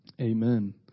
Amen